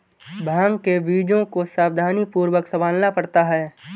भांग के बीजों को सावधानीपूर्वक संभालना पड़ता है